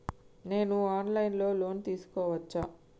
నేను online లో loan తీసుకోవచ్చా?